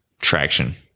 Traction